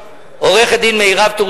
עורכת-הדין ענת מימון,